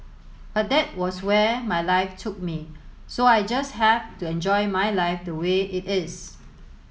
but that was where my life took me so I just have to enjoy my life the way it is